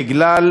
בגלל